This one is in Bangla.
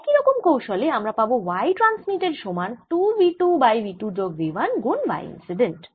একই রকম কৌশলে আমরা পাবো y ট্রান্সমিটেড সমান 2 v 2 বাই v 2 যোগ v1 গুন y ইন্সিডেন্ট